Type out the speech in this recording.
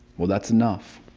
well that's enough.